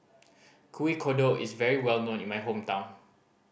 Kuih Kodok is very well known in my hometown